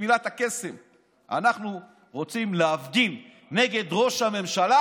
אנחנו רוצים להפגין נגד ראש הממשלה,